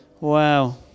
Wow